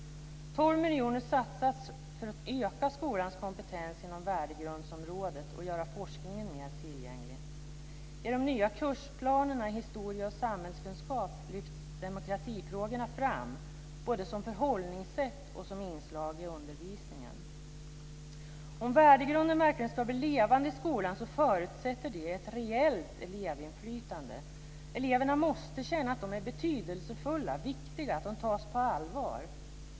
12 miljoner satsas för att öka skolans kompetens inom värdegrundsområdet och göra forskningen mer tillgänglig. I de nya kursplanerna i historia och samhällskunskap lyfts demokratifrågorna fram både som förhållningssätt och som inslag i undervisningen. Om värdegrunden verkligen ska bli levande i skolan förutsätter det ett reellt elevinflytande. Eleverna måste känna att de är betydelsefulla, viktiga och tas på allvar.